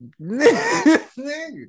nigga